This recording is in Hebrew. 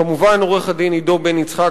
כמובן עו"ד עידו בן-יצחק,